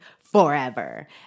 forever